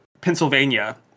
Pennsylvania